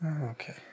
Okay